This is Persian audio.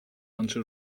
آنچه